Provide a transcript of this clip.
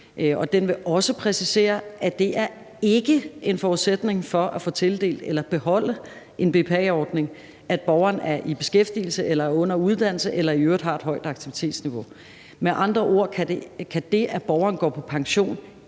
Den vil også præcisere, at det ikke er en forudsætning for at få tildelt eller beholde en BPA-ordning, at borgeren er i beskæftigelse, er under uddannelse eller i øvrigt har et højt aktivitetsniveau. Med andre ord kan det, at borgeren går på pension,